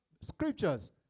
scriptures